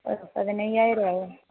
പതിനയ്യായിരം ആവും